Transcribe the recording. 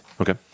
Okay